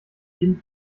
jeden